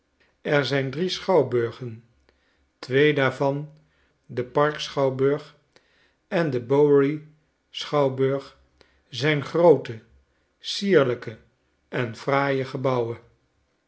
er zijn drie schouwburgen twee daarvan de park schouwburg en de bowery schouwburg zijn groote sierlijke en fraaie gebouwen